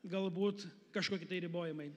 galbūt kažkoki tai ribojimai